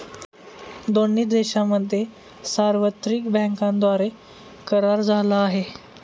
दोन्ही देशांमध्ये सार्वत्रिक बँकांद्वारे करार झाला आहे